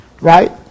right